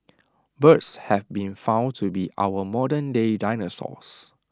birds have been found to be our modernday dinosaurs